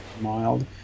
mild